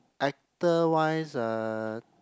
actor wise uh